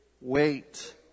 wait